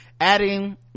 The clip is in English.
adding